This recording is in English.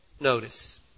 Notice